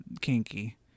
kinky